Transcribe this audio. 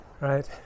right